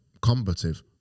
combative